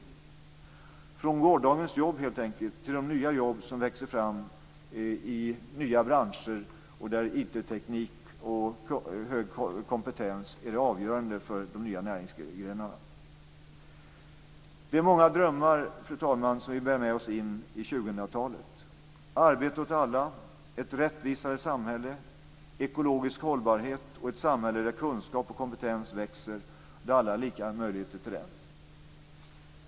Det handlar helt enkelt om att gå från gårdagens jobb till de nya jobb som växer fram i nya branscher där IT-teknik och hög kompetens är det avgörande för de nya näringsgrenarna. Fru talman! Vi har många drömmar som vi bär med oss in i 2000-talet: arbete åt alla, ett rättvisare samhälle, ekologisk hållbarhet och ett samhälle där kunskap och kompetens växer och där alla har lika möjligheter till det.